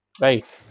right